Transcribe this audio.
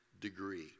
degree